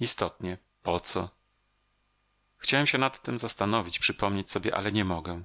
istotnie po co chciałem się nad tem zastanowić przypomnieć sobie ale nie mogę